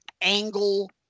Angle